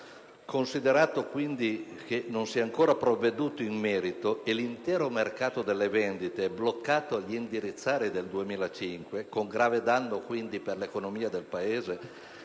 Considerato, quindi, che non si è ancora provveduto in merito e che l'intero mercato delle vendite è bloccato agli indirizzari del 2005, con grave danno non solo per il